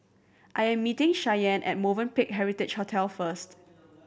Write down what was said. I am meeting Shianne at Movenpick Heritage Hotel first